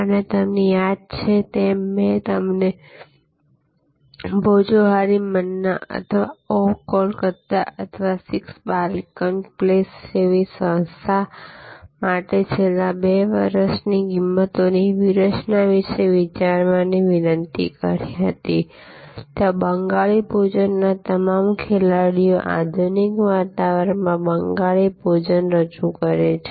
અને તમને યાદ છે તેમ મેં તમને ભોજોહોરી મન્ના અથવા ઓહ કલકત્તા અથવા 6 બાલીગંજ પ્લેસ જેવી સેવા સંસ્થા માટે છેલ્લા 2 વર્ષની કિંમતોની વ્યૂહરચના વિશે વિચારવાની વિનંતી કરી હતી ત્યાં બંગાળી ભોજનના તમામ ખેલાડીઓ આધુનિક વાતાવરણમાં બંગાળી ભોજન રજૂ કરે છે